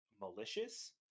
malicious